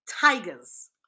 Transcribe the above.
tigers